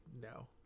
no